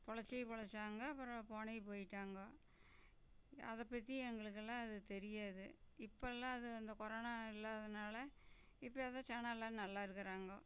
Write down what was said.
பொழைச்சி பொழைச்சாங்க அப்பறம் போனவங்க போயிட்டாங்க அதை பற்றி எங்களுக்கெலாம் அது தெரியாது இப்போல்லாம் அது அந்த கொரோனா இல்லாதனால் இப்போ எதோ ஜனலாம் நல்லா இருக்கிறாங்கோ